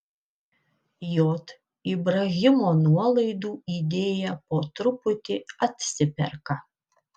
j ibrahimo nuolaidų idėja po truputį atsiperka